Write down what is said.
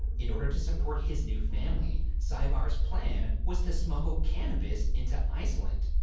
in order to support his new family, saevar's plan was to smuggle cannabis into iceland.